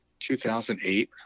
2008